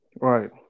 Right